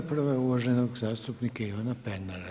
Prva je uvaženog zastupnika Ivana Pernara.